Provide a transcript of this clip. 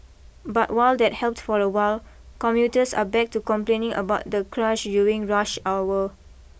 but while that helped for a while commuters are back to complaining about the crush during rush hour